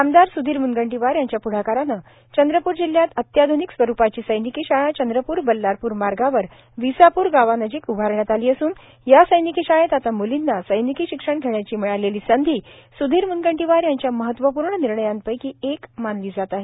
आमदार सुधीर म्नगंटीवार यांच्या प्ढाकारानं चंद्रपूर जिल्हयात अत्याध्निक स्वरूपाची सैनिकी शाळा चंद्रपूर बल्लारपूर मार्गावर विसापूर गावानजिक उभारण्यात आली असून या सैनिकी शाळेत आता मुलींना सैनिकी शिक्षण घेण्याची मिळालेली संधी सुधीर मुनगंटीवार यांच्या महत्वपूर्ण पुढाकारांपैकी एक मानला जात आहे